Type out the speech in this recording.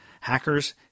hackers